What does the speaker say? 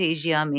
Asia